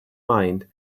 mind